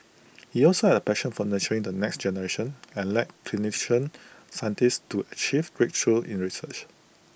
he also had A passion for nurturing the next generation and led clinician scientists to achieve breakthroughs in research